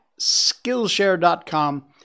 Skillshare.com